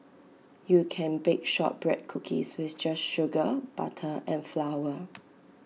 you can bake Shortbread Cookies with just sugar butter and flour